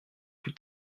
plus